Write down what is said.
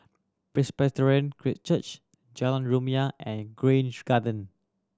Presbyterian Church Jalan Rumia and Grange Garden